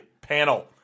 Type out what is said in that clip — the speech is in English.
panel